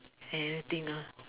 anything lah